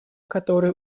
которые